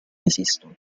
esistono